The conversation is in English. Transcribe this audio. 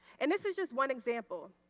and this is just one example.